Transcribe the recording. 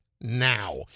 now